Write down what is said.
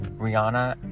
rihanna